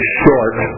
short